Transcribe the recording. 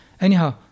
Anyhow